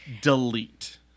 Delete